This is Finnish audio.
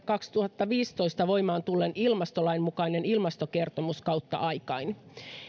kaksituhattaviisitoista voimaan tulleen ilmastolain mukainen ilmastokertomus kautta aikain